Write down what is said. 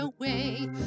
away